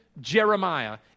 Jeremiah